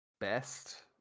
best